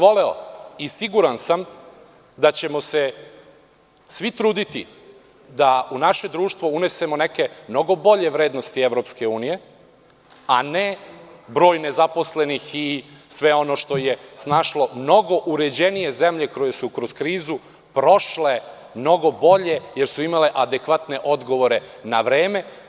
Voleo bih i siguran sam da ćemo se svi truditi da u naše društvo unesemo neke mnogo bolje vrednosti EU, a ne broj nezaposlenih i sve ono što je snašlo mnogo uređenije koje su kroz krizu prošle mnogo bolje, jer su imale adekvatne odgovore na vreme.